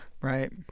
Right